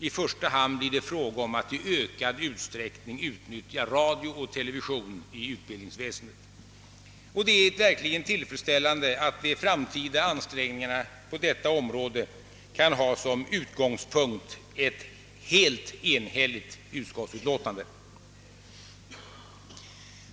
I första hand blir det fråga om att i ökad utsträckning utnyttja radio och TV i utbildningsväsendet. Det är verkligen tillfredsställande att de framtida ansträngningarna på detta område kan ha som utgångspunkt ett ställningstagande av ett enhälligt utskott.